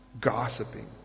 gossiping